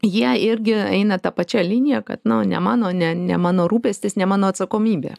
jie irgi eina ta pačia linija kad ne mano ne ne mano rūpestis ne mano atsakomybė